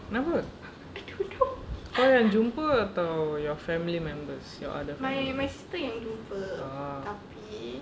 kenapa kau yang jumpa atau your family members your other family members oh